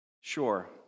Sure